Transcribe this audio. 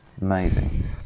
Amazing